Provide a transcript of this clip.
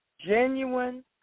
genuine